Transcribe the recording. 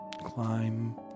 climb